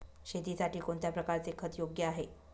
शेतीसाठी कोणत्या प्रकारचे खत योग्य आहे?